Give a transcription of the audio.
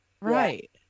Right